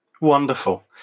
Wonderful